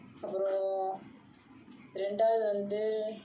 அப்புறம் ரெண்டாவது வந்து:appuram rendaavathu vanthu